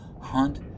hunt